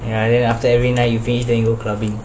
every night you finish then you go clubbing